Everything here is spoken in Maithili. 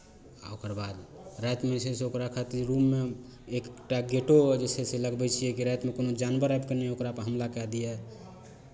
आ ओकर बाद रातिमे जे छै से ओकरा खातिर रूममे एक टा गेटो जे छै से लगबै छियै कि रातिमे कोनो जानवर आबि कऽ नहि ओकरापर हमला कए दिए